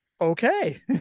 okay